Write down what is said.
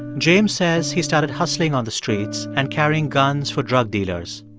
james says he started hustling on the streets and carrying guns for drug dealers.